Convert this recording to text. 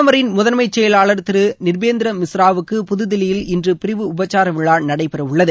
பிரதமரின் முதன்மைச் செயலாளர் திரு நிர்பேந்திர மிஸ்ராவுக்கு புதுதில்லியில் இன்று பிரிவு உபச்சார விழா நடைபெறவுள்ளது